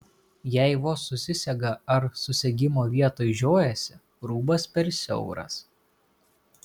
jei vos susisega ar susegimo vietoj žiojasi rūbas per siauras